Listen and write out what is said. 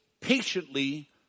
patiently